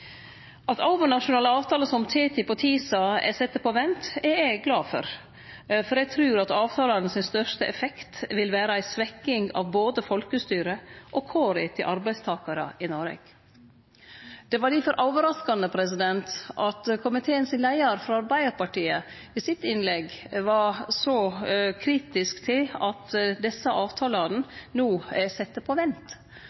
At overnasjonale avtalar som TTIP og TISA er sette på vent, er eg glad for, for eg trur at avtalane sin største effekt vil vere ei svekking av både folkestyret og kåra til arbeidstakarar i Noreg. Det var difor overraskande at komiteens leiar frå Arbeidarpartiet i sitt innlegg var så kritisk til at